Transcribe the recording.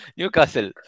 Newcastle